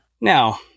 Now